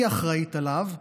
היא אחראית עליו,